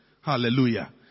Hallelujah